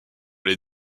les